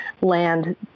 land